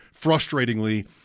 frustratingly